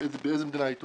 באיזו מדינה היא תושבת.